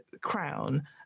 crown